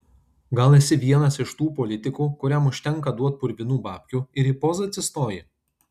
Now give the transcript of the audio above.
gal esi vienas iš tų politikų kuriam užtenka duot purvinų babkių ir į pozą atsistoji